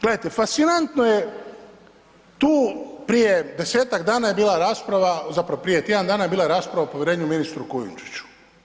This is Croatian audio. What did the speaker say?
Gledajte fascinantno je tu prije 10-tak je bila rasprava, zapravo prije tjedan dana je bila rasprava o povjerenju ministru Kujundžiću.